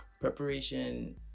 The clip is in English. preparation